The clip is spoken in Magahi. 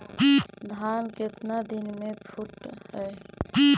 धान केतना दिन में फुट है?